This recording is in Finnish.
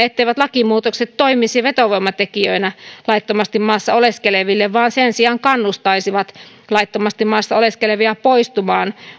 etteivät lakimuutokset toimisi vetovoimatekijöinä laittomasti maassa oleskeleville vaan sen sijaan kannustaisivat laittomasti maassa oleskelevia poistumaan